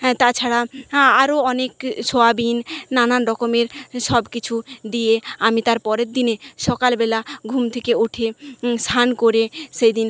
হ্যাঁ তাছাড়া আরো অনেক সোয়াবিন নানান রকমের সব কিছু দিয়ে আমি তারপরের দিনে সকালবেলা ঘুম থেকে উঠে স্নান করে সেই দিন